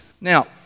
Now